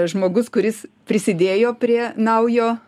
žmogus kuris prisidėjo prie naujo